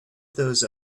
those